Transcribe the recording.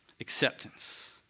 acceptance